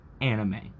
anime